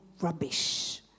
rubbish